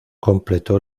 completó